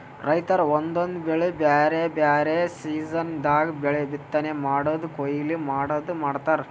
ರೈತರ್ ಒಂದೊಂದ್ ಬೆಳಿ ಬ್ಯಾರೆ ಬ್ಯಾರೆ ಸೀಸನ್ ದಾಗ್ ಬಿತ್ತನೆ ಮಾಡದು ಕೊಯ್ಲಿ ಮಾಡದು ಮಾಡ್ತಾರ್